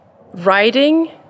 writing